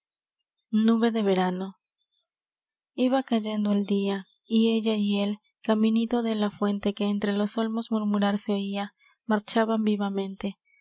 nube de verano iba cayendo el dia y ella y él caminito de la fuente que entre los olmos murmurar se oia marchaban vivamente